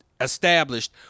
established